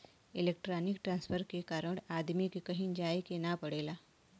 electronic transfer के कारण आदमी के कहीं जाये के ना पड़ेला